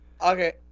Okay